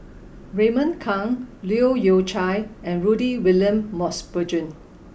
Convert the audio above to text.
Raymond Kang Leu Yew Chye and Rudy William Mosbergen